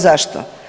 Zašto?